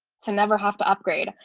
to never have to upgrade.